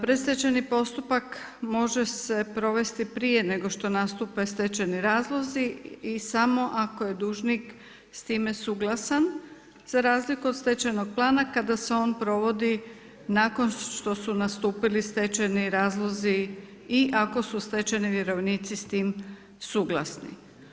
Predstečajni postupak može se provesti prije nego što nastupe stečajni razlozi i samo ako je dužnik s time suglasan za razliku od stečajnog plana kada se on provodi nakon što su nastupili stečajni razlozi i ako su stečajni vjerovnici s tim suglasni.